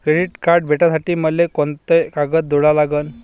Credit card भेटासाठी मले कोंते कागद जोडा लागन?